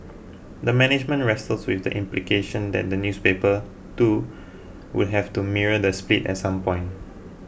the management wrestled with the implication that the newspaper too would have to mirror the split at some point